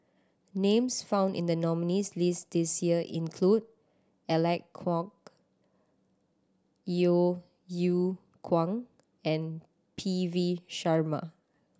names found in the nominees' list this year include Alec Kuok Yeo Yeow Kwang and P V Sharma